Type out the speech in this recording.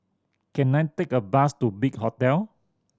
can I take a bus to Big Hotel